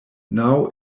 now